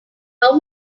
how